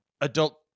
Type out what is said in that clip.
adult